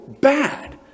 bad